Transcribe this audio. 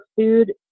food